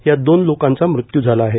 यात दोन लोकांचा मृत्यू झाला आहे